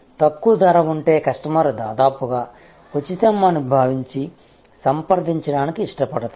తక్కువ ధర ఉంటే కస్టమర్ దాదాపుగా ఉచితం అని భావించి సంప్రదించడానికి ఇష్టపడతారు